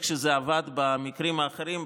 לפי איך שזה עבד במקרים האחרים,